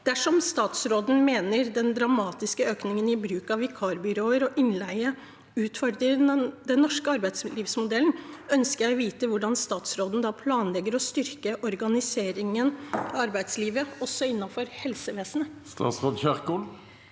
Dersom statsråden mener den dramatiske økningen i bruk av vikarbyråer og innleie utfordrer den norske arbeidslivsmodellen, ønsker jeg å vite hvordan statsråden planlegger å styrke organiseringen av arbeidslivet, også innenfor helsevesenet. Statsråd Ingvild